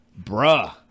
bruh